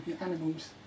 Animals